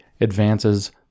advances